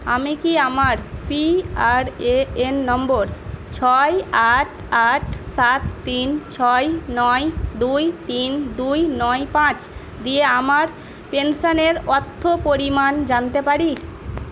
আমি কি আমার P R A N number ছয় আট আট সাত তিন ছয় নয় দুই তিন দুই নয় পাঁচ দিয়ে আমার পেনশনের অর্থ পরিমাণ জানতে পারি